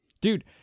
Dude